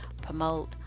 promote